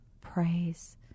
praise